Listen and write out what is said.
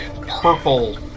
purple